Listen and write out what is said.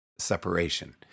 separation